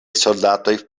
soldatoj